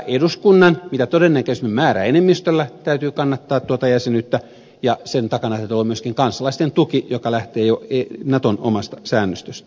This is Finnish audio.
eduskunnan mitä todennäköisimmin määräenemmistöllä täytyy kannattaa tuota jäsenyyttä ja sen takana täytyy olla myös kansalaisten tuki mikä lähtee jo naton omasta säännöstöstä